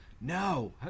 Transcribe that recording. No